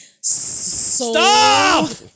Stop